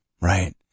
Right